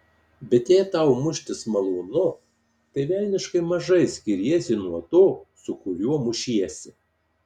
bet jei tau muštis malonu tai velniškai mažai skiriesi nuo to su kuriuo mušiesi